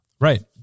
Right